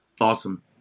Awesome